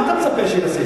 מה אתה מצפה שנעשה?